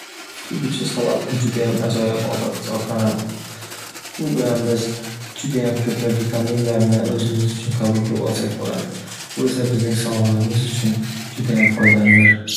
Tushlik uchun salat bu judayam ajoyib ovqat hisoblanadi. U bilan biz judayam ko’plab vitaminlarni o’zimiz uchun qabul qilib olsak bo’ladi. Bu esa bizning sog’ligimiz uchun judayam foydalidir.